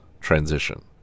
transition